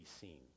seen